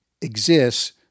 exists